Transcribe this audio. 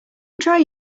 try